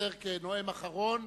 פלסנר כנואם אחרון,